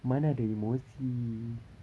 mana ada emosi